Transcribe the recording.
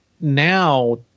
now